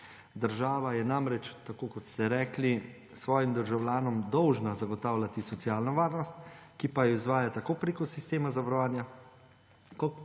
Država je namreč, tako kot ste rekli, svojim državljanom dolžna zagotavljati socialno varnost, ki pa jo izvaja tako preko sistema zavarovanja kot tudi